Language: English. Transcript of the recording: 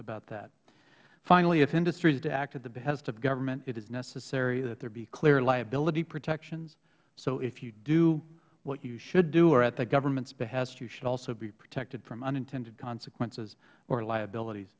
about that finally if industry is to act at the behest of government it is necessary that there be clear liability protections so if you do what you should do or at the government's behest you should also be protected from unintended consequences or liabilities